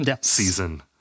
season